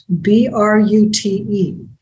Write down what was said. B-R-U-T-E